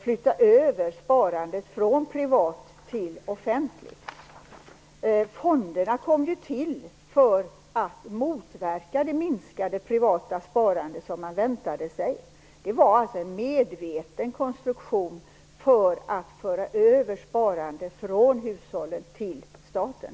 flytta över sparandet från privat till offentligt sparande. Fonderna kom ju till för att motverka det minskade privata sparande som man väntade sig. Det var alltså en medveten konstruktion för att föra över sparande från hushållen till staten.